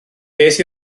beth